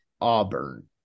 Auburn